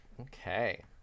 Okay